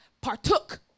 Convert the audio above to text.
partook